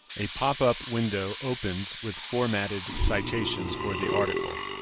a pop-up window opens with formatted citations for the article.